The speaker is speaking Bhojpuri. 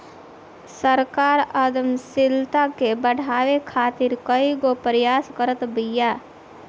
सरकार उद्यमशीलता के बढ़ावे खातीर कईगो प्रयास करत बिया